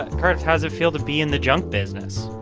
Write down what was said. cardiff, how's it feel to be in the junk business?